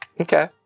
Okay